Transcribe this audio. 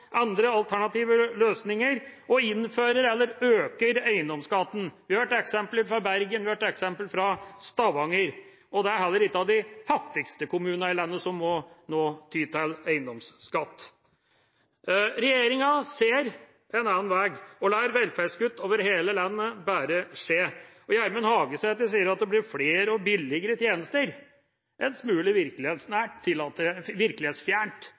andre alternative løsninger og innfører eller øker eiendomsskatten. Vi har hørt eksempel fra Bergen, vi har hørt eksempel fra Stavanger, og det er heller ikke av de fattigste kommunene i landet som nå må ty til eiendomsskatt. Regjeringa ser en annen vei og lar velferdskutt over hele landet bare skje. Gjermund Hagesæter sier at det blir flere og billigere tjenester. En smule virkelighetsfjernt, tillater